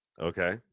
okay